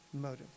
motive